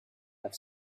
have